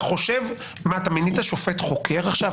מה, אתה חושב שמינית שופט-חוקר עכשיו?